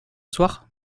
soir